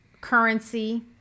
currency